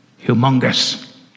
humongous